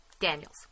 Daniels